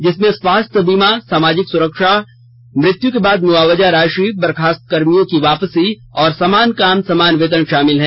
जिसमें स्वास्थ्य बीमा सामाजिक सुरक्षा मृत्यू के बाद मुआवजा राशि बर्खास्त कर्मियों की वापसी और समान काम समान येतन शामिल है